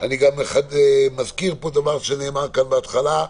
אני גם מזכיר פה דבר שנאמר כאן בהתחלה.